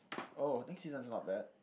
oh next season is not bad